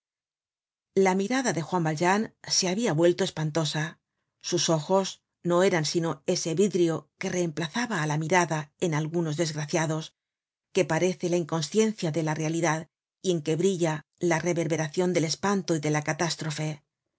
la mirada de juan valjean se habia vuelto espantosa sus ojos no eran sino ese vidrio que reemplaza á la mirada en algunos desgraciados que parece la inconsciencia de la realidad y en que brilla la reverberacion del espanto y de la catástrofe